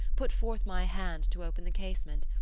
put forth my hand to open the casement,